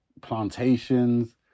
plantations